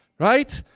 right?